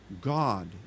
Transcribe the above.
God